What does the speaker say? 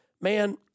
man